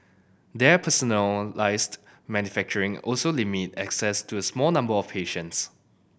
their personalised manufacturing also limit access to a small number of patients